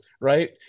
right